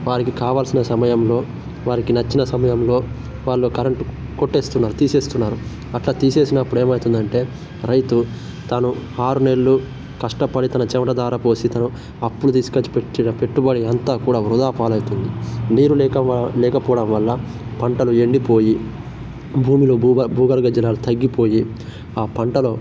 వారికి కావలసిన సమయంలో వారికి నచ్చిన సమయంలో వాళ్ళు కరంటు కొట్టేస్తున్నారు తీసేస్తున్నారు అట్లా తీసేసినప్పుడేమయితుందంటే రైతు తను ఆరు నెళ్ళు కష్టపడి తన చెమట ధారపోసి తను అప్పులు తీసుకచ్చి పెట్టిన పెట్టుబడి అంతా కూడా వృధా పాలవుతుంది నీరు లేక వా లేకపోవడం వల్ల పంటలు ఎండిపోయి భూమిలో భూభా భూగర్భ జలాలు తగ్గిపోయి పంటలో